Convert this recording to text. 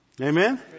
Amen